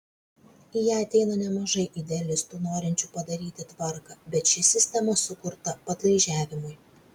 į ją ateina nemažai idealistų norinčių padaryti tvarką bet ši sistema sukurta padlaižiavimui